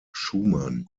schumann